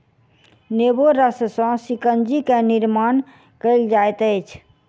नेबो रस सॅ शिकंजी के निर्माण कयल जाइत अछि